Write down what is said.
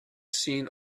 seen